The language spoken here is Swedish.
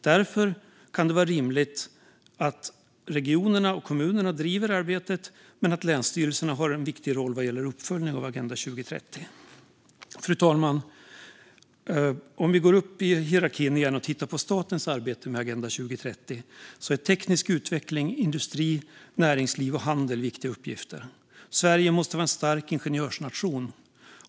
Därför kan det vara rimligt att regionerna och kommunerna driver arbetet men att länsstyrelserna har en viktig roll vad gäller uppföljning av Agenda 2030. Fru talman! För att gå uppåt i hierarkin igen och titta på statens arbete med Agenda 2030 är teknisk utveckling, industri, näringsliv och handel viktiga uppgifter. Sverige måste vara en stark ingenjörsnation.